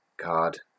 card